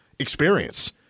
experience